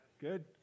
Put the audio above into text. Good